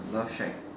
love shack